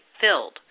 filled